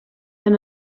then